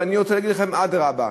ואני רוצה להגיד לכם: אדרבה,